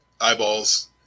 eyeballs